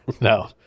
No